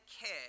care